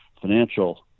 financial